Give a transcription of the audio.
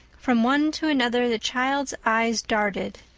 from one to another the child's eyes darted,